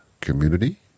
community